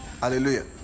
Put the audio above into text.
Hallelujah